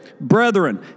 brethren